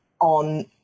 on